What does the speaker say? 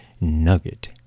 nugget